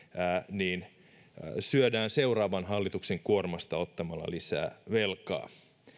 syödään seuraavan hallituksen kuormasta ottamalla lisää velkaa